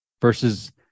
Versus